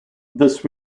this